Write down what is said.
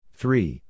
three